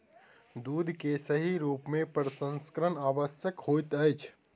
दूध के सही रूप में प्रसंस्करण आवश्यक होइत अछि